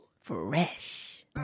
Fresh